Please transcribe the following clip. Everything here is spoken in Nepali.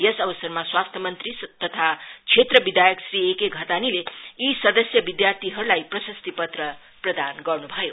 यस अवसरमा स्वास्थ्य मंत्री तथा क्षेत्र विधायक श्री एके घतानीले यी सदस्य विद्यार्थीहरूलाई प्रशस्ति पत्र प्रदान गर्नु भयो